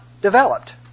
developed